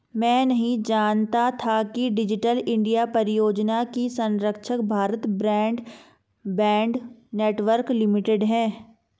मैं नहीं जानता था कि डिजिटल इंडिया परियोजना की संरक्षक भारत ब्रॉडबैंड नेटवर्क लिमिटेड है